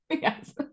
Yes